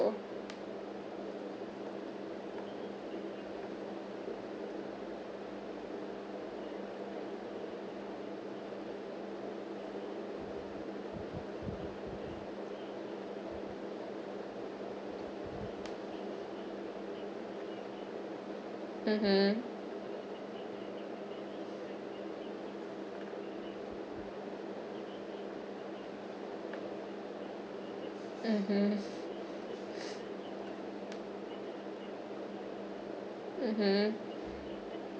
mmhmm mmhmm mmhmm